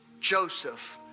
Joseph